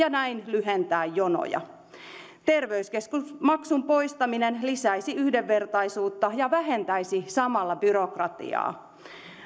ja näin lyhentää jonoja terveyskeskusmaksun poistaminen lisäisi yhdenvertaisuutta ja vähentäisi samalla byrokratiaa